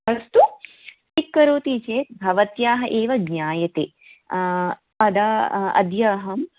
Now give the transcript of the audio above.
अस्तु कििक् करोति चेत् भवत्याः एव ज्ञायते अद्य अद्य अहम्